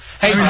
Hey